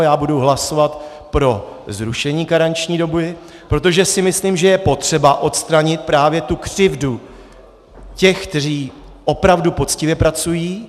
Já budu hlasovat pro zrušení karenční doby, protože si myslím, že je potřeba odstranit právě tu křivdu těch, kteří opravdu poctivě pracují.